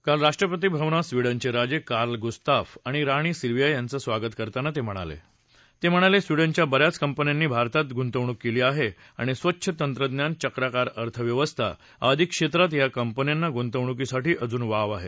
काल राष्ट्रपती भवनात स्वीडनचे राजे कार्ल गुस्ताफ आणि राणी सिल्विया यांचं स्वागत करताना ते म्हणाले स्वीडनच्या बर्याच कंपन्यांनी भारतात गुंतवणूक केली आहे आणि स्वच्छ तंत्रज्ञान चक्राकार अर्थव्यवस्था आदी क्षेत्रात या कंपन्यांना गुंतवणुकीसाठी अजून वाव आहे